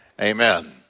Amen